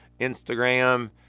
Instagram